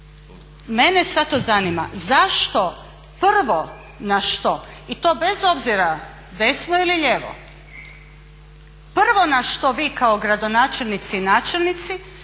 Mene sada to zanima zašto prvo na što, i to bez obzira desno ili lijevo, prvo na što vi kao gradonačelnici i načelnici